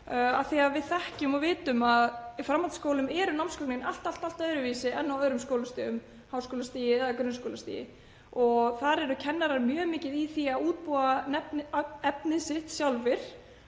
þau eru. Við þekkjum og vitum að í framhaldsskólum eru námsgögnin allt öðruvísi en á öðrum skólastigum, háskólastigi eða grunnskólastigi, og þar eru kennarar mjög mikið í því að útbúa efnið sitt sjálfir